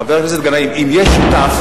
חבר הכנסת גנאים, אם יש שותף,